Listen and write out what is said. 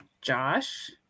Josh